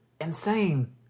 insane